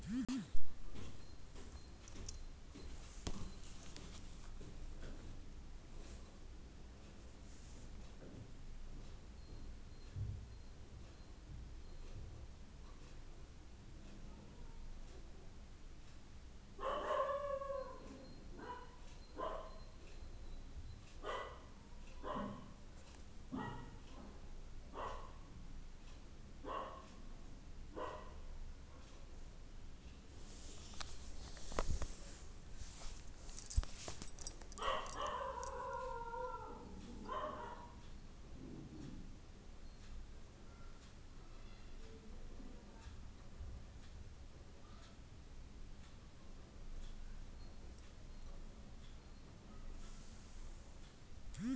concessional loan ಇತರ loan ಗಳಿಗಿಂತ ಬಡ್ಡಿದರ ಕಡಿಮೆಯಿದ್ದು, ಹಿಂದಿರುಗಿಸುವ ಕಾಲವಾಗಿ ಹೆಚ್ಚಾಗಿರುತ್ತದೆ